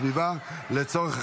הצבעה.